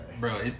Bro